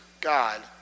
God